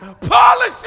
Polish